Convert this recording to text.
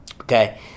okay